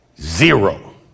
Zero